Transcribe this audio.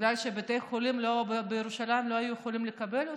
בגלל שבתי החולים בירושלים לא היו יכולים לקבל אותה,